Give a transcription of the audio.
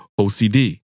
OCD